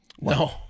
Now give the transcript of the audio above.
No